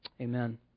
Amen